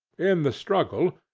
in the struggle,